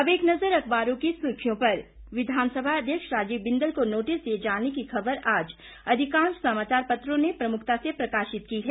अब एक नजर अखबारों की सुर्खियों पर विधानसभा अध्यक्ष राजीव बिंदल को नोटिस दिए जाने की ख़बर आज अधिकांश समाचार पत्रों ने प्रमुखता से प्रकाशित की है